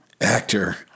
actor